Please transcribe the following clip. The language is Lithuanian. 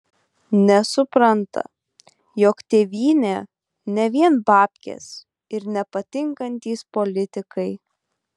nesupranta jog tėvynė ne vien babkės ir nepatinkantys politikai